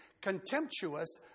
contemptuous